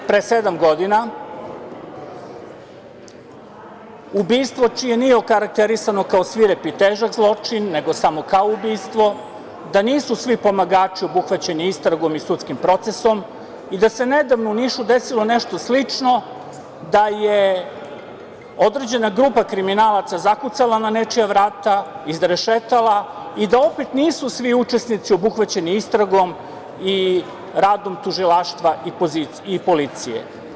Ubistvo koje nije okarakterisano kao svirep i težak zločin nego samo kao ubistvo, da nisu svi pomagači obuhvaćeni istragom i sudskim procesom i da se nedavno u Nišu desilo nešto slično, da je određena grupa kriminalaca zakucala na nečija vrata, izrešetala i da opet nisu svi učesnici obuhvaćeni istragom i radom Tužilaštva i policije.